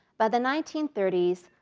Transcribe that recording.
by the nineteen thirty s,